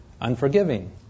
unforgiving